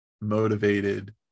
motivated